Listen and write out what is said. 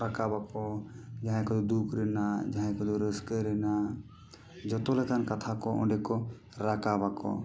ᱨᱟᱠᱟᱵᱟᱠᱚ ᱡᱟᱦᱟᱭ ᱠᱚᱫᱚ ᱫᱩᱠ ᱨᱮᱱᱟᱜ ᱡᱟᱦᱟᱭ ᱠᱚᱫᱚ ᱨᱟᱹᱥᱠᱟᱹ ᱨᱮᱱᱟᱜ ᱡᱚᱛᱚ ᱞᱮᱠᱟᱱ ᱠᱟᱛᱷᱟ ᱠᱚ ᱚᱸᱰᱮ ᱠᱚ ᱨᱟᱠᱟᱵᱟᱠᱚ